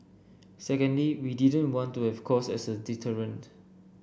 secondly we didn't want to have cost as a deterrent